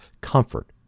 comfort